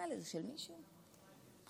הגעתי למשרד לשוויון חברתי,